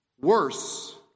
worse